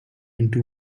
into